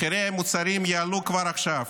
מחירי המוצרים יעלו כבר עכשיו,